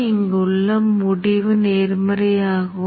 இங்கே குறிப்பு முனை R உள்ளது என்று வைத்துக் கொள்வோம்